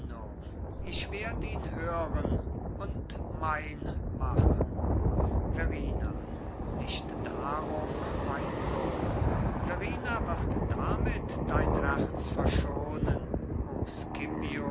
ich werd ihn hören und mein machen verrina nicht darum mein sohn verrina wird damit dein herz verschonen o